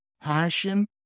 passion